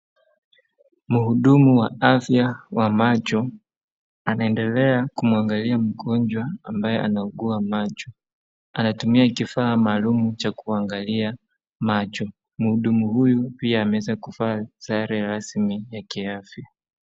Mhudumu wa afya wa macho anaendelea kumwangalia mgonjwa ambaye anaugua macho. Anatumia kifaa maalum cha kuangalia macho, Mhudumu huyu pia ameweza kuvaa sare rasmi ya kiafya.